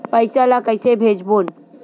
पईसा ला कइसे भेजबोन?